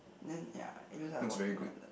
then ya it looks like a watermelon